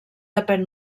depèn